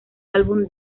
álbum